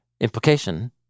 implication